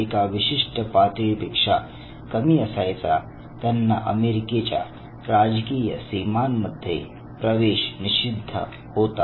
एका विशिष्ट पातळीपेक्षा कमी असायचा त्यांना अमेरिकेच्या राजकीय सीमांमध्ये प्रवेश निषिद्ध होता